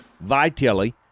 vitelli